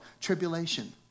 Tribulation